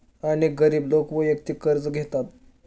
अनेक गरीब लोक वैयक्तिक कर्ज घेतात